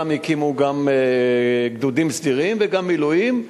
הקימו גם גדודים סדירים וגם מילואים,